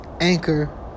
Anchor